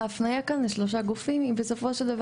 ההפניה כאן לשלושה גופים היא בסופו של דבר